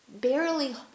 barely